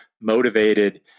motivated